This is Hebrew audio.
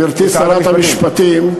גברתי שרת המשפטים,